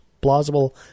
plausible